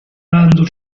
landu